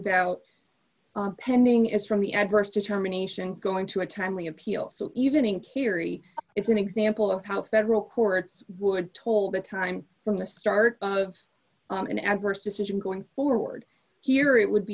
about pending as from the adverse to terminations going to a timely appeal so even in kerry it's an example of how federal courts would told the time from the start of an adverse decision going forward here it would